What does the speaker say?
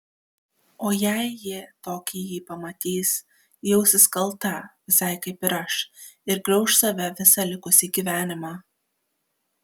o jei ji tokį jį pamatys jausis kalta visai kaip ir aš ir grauš save visą likusį gyvenimą